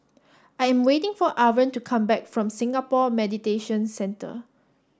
I am waiting for Irven to come back from Singapore Mediation Centre